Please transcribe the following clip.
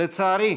לצערי,